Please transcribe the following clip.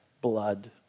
blood